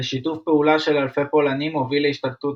ושיתוף פעולה של אלפי פולנים הוביל להשתלטות